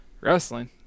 wrestling